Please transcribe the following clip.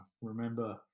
remember